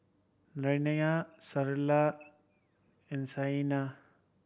Naraina Sunderlal and Saina